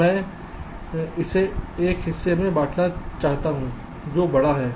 मैं इसे एक हिस्से में बांटना चाहता हूं जो बड़ा है